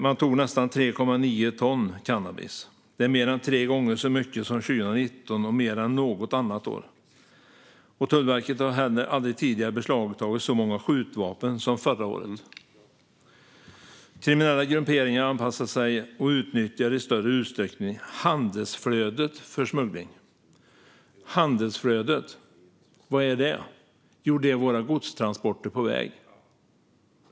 Man tog nästan 3,9 ton cannabis, mer än tre gånger så mycket som 2019 och mer än något annat år. Tullverket har heller aldrig tidigare beslagtagit så många skjutvapen som förra året. Kriminella grupperingar anpassar sig och utnyttjar i större utsträckning handelsflödet för smuggling. Handelsflödet - vad är det? Jo, det är våra godstransporter på väg.